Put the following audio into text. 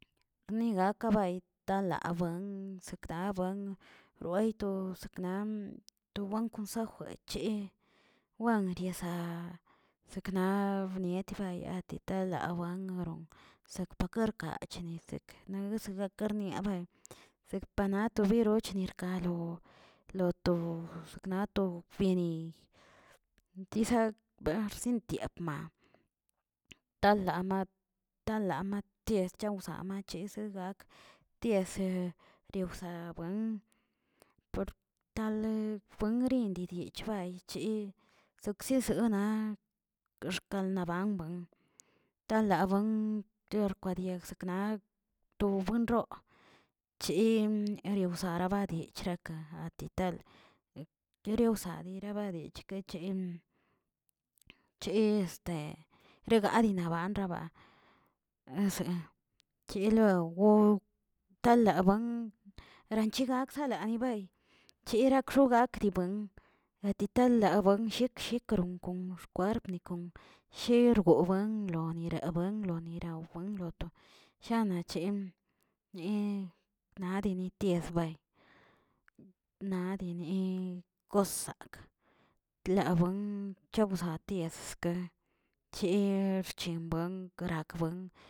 Rni gak kabay talaa buen sekdaa buen roeytoz nam to wen konsejw cheꞌ, wen riazaa sekna nietbaya talabuangron sekrparkargacheni gakarniabeꞌ serkpana to biroch nirka lo- lo to sakna to ni disa barsintiakma, taꞌlama taꞌlama ties chaosama chieꞌ de gak yese rwsawen por tale ngrin dirich bayechi soksisosna axkanabamblan, talabuen ker kwadie sekna to buen roo chi reusarabadiecha ka atital, kerowsa nirabadi chikechen che este regani nabanraban ese cheloew go talaban ranchigak sala ni bay chirakxo gak buen atitala buenshin shikaron kon xkwerp ni kon sherbobuen bonirabuen nirabuen loto shana che ne nanani tiesbay, nadeni kossakꞌ tla buen wzoa tiesske che xchemba garak buen.